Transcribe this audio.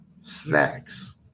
snacks